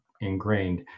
ingrained